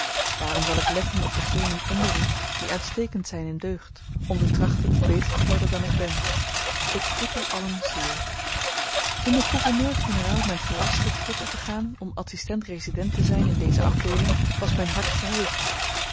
daarom zal ik letten op degenen onder u die uitstekend zyn in deugd om te trachten beter te worden dan ik ben ik groet u allen zeer toen de gouverneur-generaal my gelastte tot u te gaan om adsistent resident te zyn in deze afdeeling was myn hart verheugd